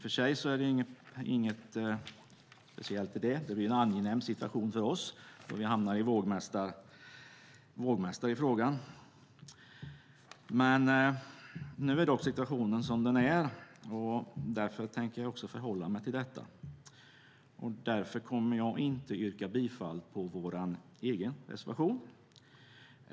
Det betyder att Sverigedemokraterna hamnar i den i och för sig angenäma situationen att vi blir vågmästare i frågan. Nu är situationen som den är och jag ska därför förhålla mig till det. Jag kommer således inte att yrka bifall till vår egen reservation.